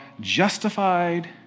justified